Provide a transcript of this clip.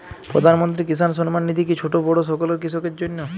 প্রধানমন্ত্রী কিষান সম্মান নিধি কি ছোটো বড়ো সকল কৃষকের জন্য?